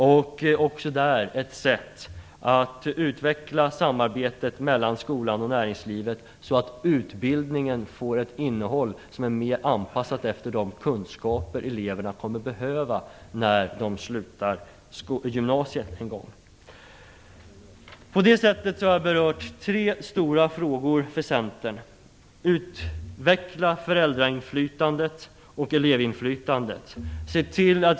Också i detta fall handlar det om ett sätt att utveckla samarbetet mellan skolan och näringslivet, så att utbildningen får ett innehåll som är mer anpassat efter de kunskaper som eleverna kommer att behöva när de en gång slutar gymnasiet. På detta sätt har jag berört tre stora frågor för Centern. Utveckla föräldra och elevinflytandet!